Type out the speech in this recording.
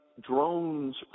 drones